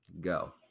go